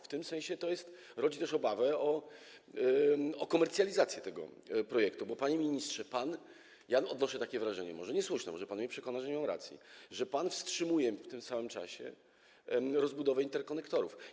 W tym sensie to rodzi też obawę o komercjalizację tego projektu, bo, panie ministrze, pan - odnoszę takie wrażenie, może niesłuszne, może pan mnie przekonać, że nie mam racji - wstrzymuje w tym samym czasie rozbudowę interkonektorów.